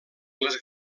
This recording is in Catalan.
les